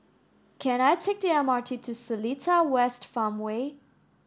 can I take the M R T to Seletar West Farmway